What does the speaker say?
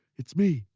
it's me,